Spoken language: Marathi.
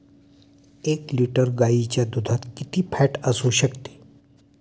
एक लिटर गाईच्या दुधात किती फॅट असू शकते?